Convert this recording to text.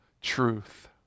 truth